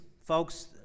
folks